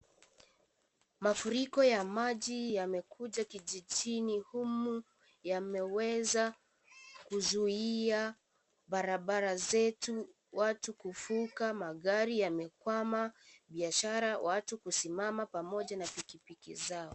Mafuriko ya maji yamekuja kijijini humu. Yameweza kuzuia barabara zetu, watu kuvuka, magari yamekwama, biashara watu kusimama pamoja na pikipiki zao.